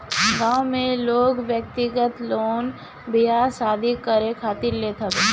गांव में लोग व्यक्तिगत लोन बियाह शादी करे खातिर लेत हवे